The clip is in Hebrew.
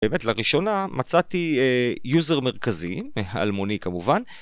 באמת, לראשונה מצאתי יוזר מרכזי, אלמוני כמובן